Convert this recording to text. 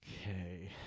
Okay